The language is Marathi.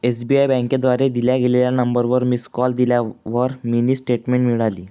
एस.बी.आई बँकेद्वारे दिल्या गेलेल्या नंबरवर मिस कॉल दिल्यावर मिनी स्टेटमेंट मिळाली